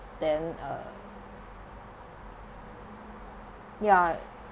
then uh ya